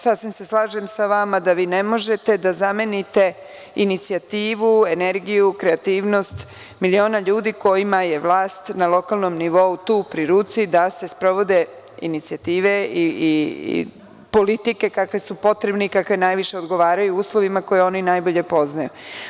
Sasvim se slažem sa vama da vi ne možete da zamenite inicijativu, energiju, kreativnost, miliona ljudi kojima je vlast na lokalnom nivou tu pri ruci da se sprovode inicijative i politike kakve su potrebne i kakve najviše odgovaraju uslovima koji oni najbolje poznaju.